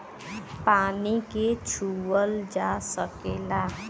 पानी के छूअल जा सकेला